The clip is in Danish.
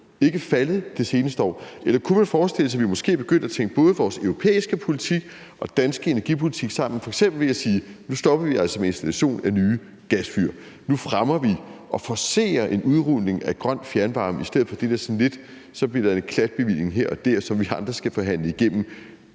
ikke faldet det seneste år? Kunne man forestille sig, at vi måske begyndte at tænke både vores europæiske politik og vores danske energipolitik sammen f.eks. ved at sige: Nu stopper vi altså med installation af nye gasfyr, og nu fremmer og forcerer vi en udrulning af grøn fjernvarme i stedet for den der klatbevilling her og der, som vi andre skal forhandle igennem?